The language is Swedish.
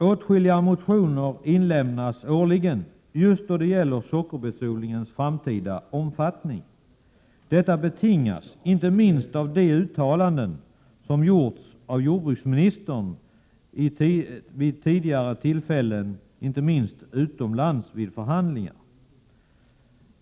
Årligen inlämnas åtskilliga motioner som berör just sockerbetsodlingens framtida omfattning. Detta betingas i inte obetydlig utsträckning av de uttalanden som har gjorts av jordbruksministern vid tidigare tillfällen, inte minst vid förhandlingar utomlands.